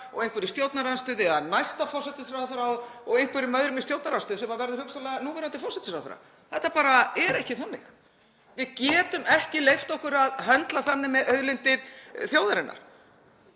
og einhverra í stjórnarandstöðu eða næsta forsætisráðherra og einhverra annarra í stjórnarandstöðu sem verður hugsanlega núverandi forsætisráðherra. Þetta bara er ekki þannig. Við getum ekki leyft okkur að höndla þannig með auðlindir þjóðarinnar.